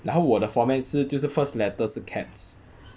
然后我的 format 是就是 first letter 是 caps